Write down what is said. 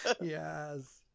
Yes